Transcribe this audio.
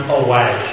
away